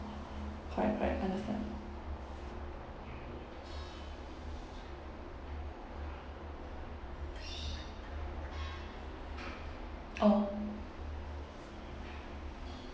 correct correct understand orh